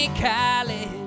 college